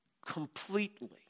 Completely